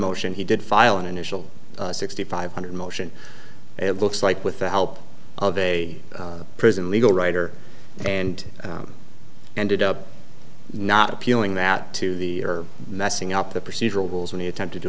motion he did file an initial sixty five hundred motion it looks like with the help of a prison legal writer and ended up not appealing that to the messing up the procedural rules when he attempted to